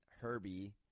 Herbie